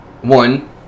one